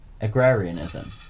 agrarianism